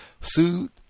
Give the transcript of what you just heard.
sued